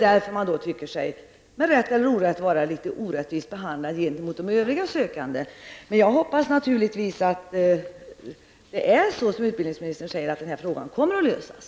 Därför tycker man sig -- med rätt eller orätt -- vara orättvist behandlad jämfört med övriga sökande. Jag hoppas naturligtvis att utbildningsministern har rätt när han säger att denna fråga kommer att lösas.